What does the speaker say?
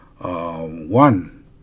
One